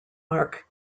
mark